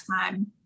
time